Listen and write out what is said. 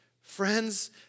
Friends